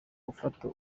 gufata